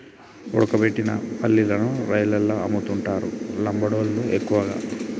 ఉడకబెట్టిన పల్లీలను రైలల్ల అమ్ముతుంటరు లంబాడోళ్ళళ్లు ఎక్కువగా